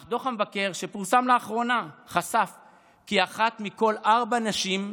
אך דוח המבקר שפורסם לאחרונה חשף כי אחת מכל ארבע נשים,